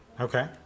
okay